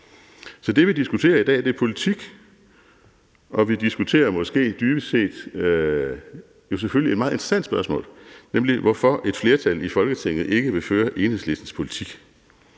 Så det, vi diskuterer i dag, er politik, og dybest set diskuterer vi jo selvfølgelig et meget interessant spørgsmål, nemlig hvorfor et flertal i Folketinget ikke vil føre Enhedslistens politik.